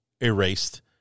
erased